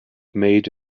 made